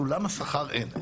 בסולם השכר אין.